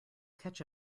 catch